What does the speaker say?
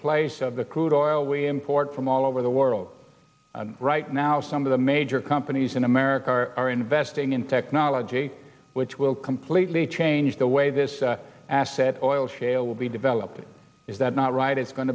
place of the crude oil we import from all over the world right now some of the major companies in america are investing in technology which will completely change the way this asset oil shale will be developed is that not right it's going